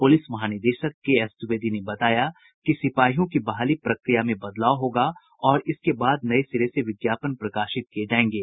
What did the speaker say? police महानिदेशक K S Dwivedi ने बताया कि सिपाहियों की बहाली प्रक्रिया में बदलाव होगा और इसके बाद नये सिरे से विज्ञापन प्रकाशित किये जायेंगे